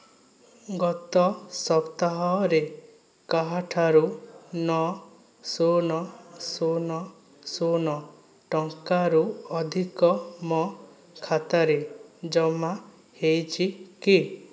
ଗତ ସପ୍ତାହ ରେ କାହାଠାରୁ ନଅ ଶୁନ ଶୁନ ଶୁନ ଟଙ୍କାରୁ ଅଧିକ ମୋ ଖାତାରେ ଜମା ହୋଇଛି କି